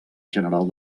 general